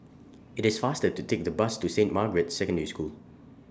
IT IS faster to Take The Bus to Saint Margaret's Secondary School